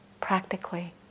practically